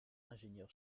ingénieur